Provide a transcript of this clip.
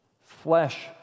Flesh